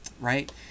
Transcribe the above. right